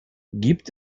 gibt